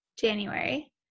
January